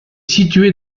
situé